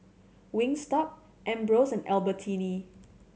Wingstop Ambros and Albertini